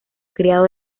criado